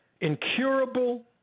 Incurable